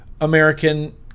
American